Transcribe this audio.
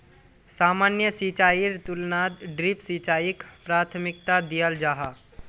सामान्य सिंचाईर तुलनात ड्रिप सिंचाईक प्राथमिकता दियाल जाहा